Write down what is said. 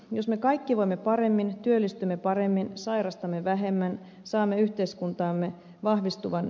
jos me kaikki voimme paremmin työllistymme paremmin sairastamme vähemmän saamme yhteiskuntaamme vahvistuvan